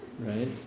Right